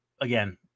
Again